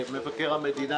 מבקר המדינה,